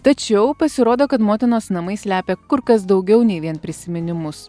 tačiau pasirodo kad motinos namai slepia kur kas daugiau nei vien prisiminimus